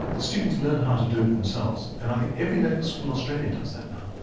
the students learn how to do it themselves. and i think every medical school in australia does that now.